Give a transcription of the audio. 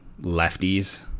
lefties